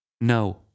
No